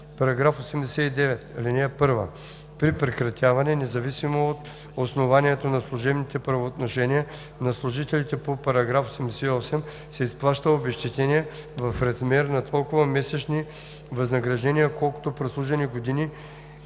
става § 89: „§ 89. (1) При прекратяване, независимо от основанието, на служебните правоотношения на служителите по § 88 се изплаща обезщетение в размер на толкова месечни възнаграждения, колкото прослужени години